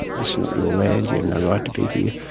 this is not your land. you've no right to be here.